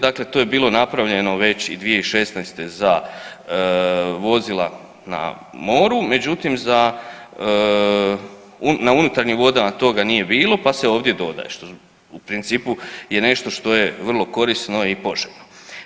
Dakle, to je bilo napravljeno već i 2016. za vozila na moru, međutim na unutarnjim vodama toga nije bilo, pa se ovdje dodaje, što u principu je nešto što je vrlo korisno i poželjno.